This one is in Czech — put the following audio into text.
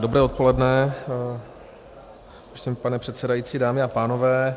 Dobré odpoledne, pane předsedající, dámy a pánové.